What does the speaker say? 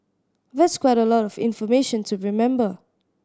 that's quite a lot of information to remember